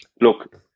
look